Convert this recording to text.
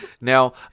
Now